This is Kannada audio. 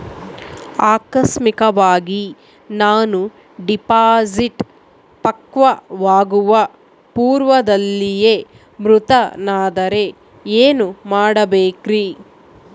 ಆಕಸ್ಮಿಕವಾಗಿ ನಾನು ಡಿಪಾಸಿಟ್ ಪಕ್ವವಾಗುವ ಪೂರ್ವದಲ್ಲಿಯೇ ಮೃತನಾದರೆ ಏನು ಮಾಡಬೇಕ್ರಿ?